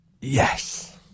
yes